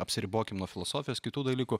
apsiribokim nuo filosofijos kitų dalykų